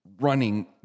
running